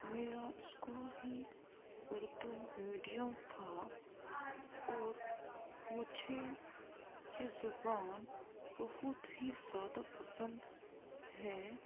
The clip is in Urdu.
میرا اسکول ہی اردو میڈیم تھا اور مجھے یہ زبان بہت ہی زیادہ پسند ہے